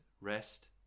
rest